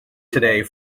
today